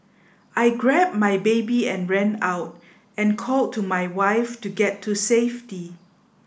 I grabbed my baby and ran out and called to my wife to get to safety